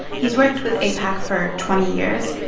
he's worked with aipac for twenty years.